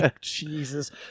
jesus